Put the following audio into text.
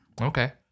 Okay